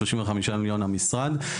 35 מיליון המשרד,